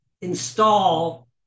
install